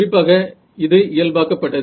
குறிப்பாக இது இயல் பார்க்கப்பட்டது